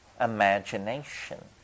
imagination